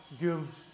give